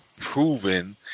proven